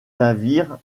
navires